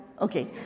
Okay